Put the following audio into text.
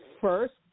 first